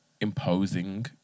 imposing